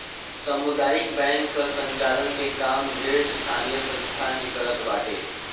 सामुदायिक बैंक कअ संचालन के काम ढेर स्थानीय संस्था ही करत बाटे